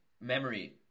memory